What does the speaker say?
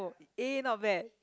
eh not bad